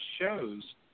shows